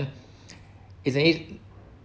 isn't it